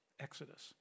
Exodus